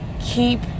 keep